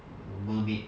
err mermaid